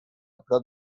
prop